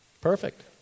Perfect